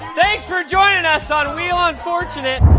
thanks for joining us on wheel unfortunate.